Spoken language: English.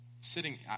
sitting